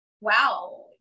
wow